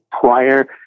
prior